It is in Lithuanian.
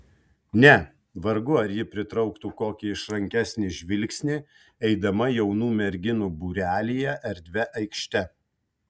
ne vargu ar ji patrauktų kokį išrankesnį žvilgsnį eidama jaunų merginų būrelyje erdvia aikšte